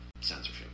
censorship